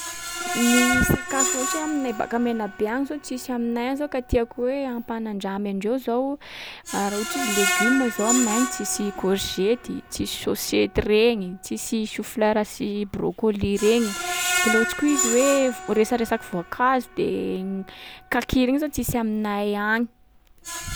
Ny sakafo ohatsy hoe aminay baka Menabe any zao tsisy aminay any zao ka tiako hoe ampanandramy andreo zao, raha ohatry izy legioma zao aminay any tsisy courgette i, tsisy sôsety regny, tsisy choux-fleur sy brocolis regny. De laha ohatsy koa izy hoe vo- resaresaky voankazo de n- kaki regny zao tsisy aminay any.